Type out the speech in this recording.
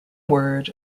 word